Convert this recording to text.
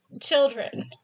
children